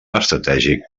estratègic